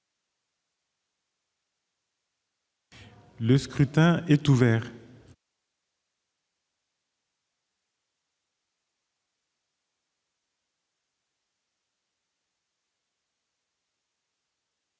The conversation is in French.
Le scrutin est ouvert.